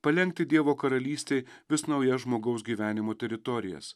palenkti dievo karalystei vis naujas žmogaus gyvenimo teritorijas